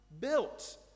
built